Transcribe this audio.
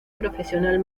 profesional